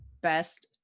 best